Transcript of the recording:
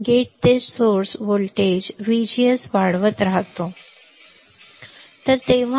मी gate ते source voltage VGS वाढवत राहतो